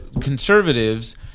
conservatives